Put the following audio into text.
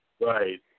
Right